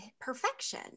perfection